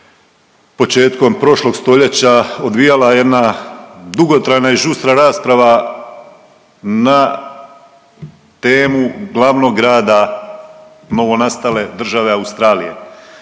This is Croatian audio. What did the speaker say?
početkom prošlog stoljeća odvijala jedna dugotrajna i žustra rasprava na temu glavnog grada novonastale države Australije,